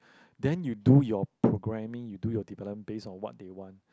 then you do your programming you do your develop based on what they want